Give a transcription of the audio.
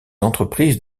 entreprises